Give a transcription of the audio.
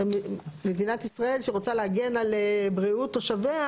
מדינת ישראל שרוצה להגן על בריאות תושביה,